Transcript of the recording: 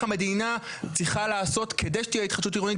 המדינה צריכה לעשות כדי שתהיה התחדשות עירונית,